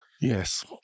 Yes